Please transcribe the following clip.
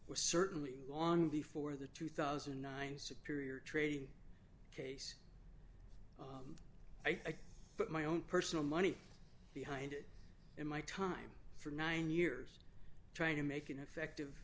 was certainly on before the two thousand and nine superior trading case i put my own personal money behind it in my time for nine years trying to make an effective